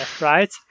right